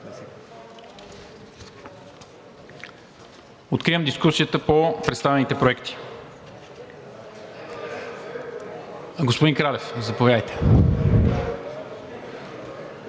Откривам дискусията по представените проекти. Господин Кралев, заповядайте